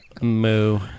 Moo